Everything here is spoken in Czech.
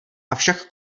avšak